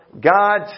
God